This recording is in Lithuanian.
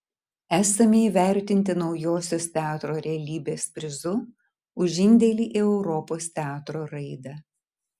esame įvertinti naujosios teatro realybės prizu už indėlį į europos teatro raidą